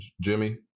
Jimmy